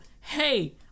hey